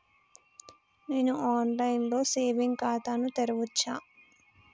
నేను online లో saving ఖాతా ను తెరవచ్చా?